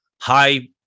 high